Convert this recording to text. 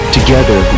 Together